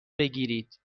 بگیرید